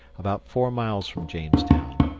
about four miles from jamestown,